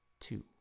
two